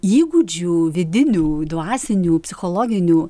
įgūdžių vidinių dvasinių psichologinių